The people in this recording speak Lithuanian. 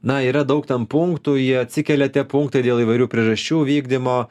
na yra daug ten punktų jie atsikelia tie punktai dėl įvairių priežasčių vykdymo